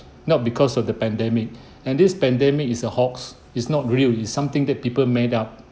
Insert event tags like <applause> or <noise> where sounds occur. not because of the pandemic <breath> and this pandemic is a hoax it's not real it's something that people made up